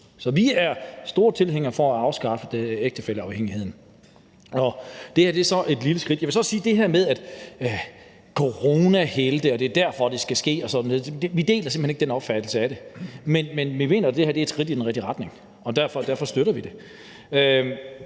Så vi er store tilhængere af at afskaffe ægtefælleafhængigheden, og det her er så et lille skridt mod det. Jeg vil så sige til det her om coronahelte, og at det er derfor, at det skal ske, at vi simpelt hen ikke deler den opfattelse af det. Men vi mener, at det her er et skridt i den rigtige retning, og derfor støtter vi det.